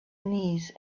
knees